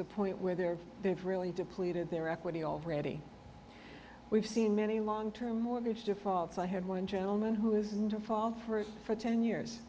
the point where they're really depleted their equity already we've seen many long term mortgage defaults i had one gentleman who is known to fall for it for ten years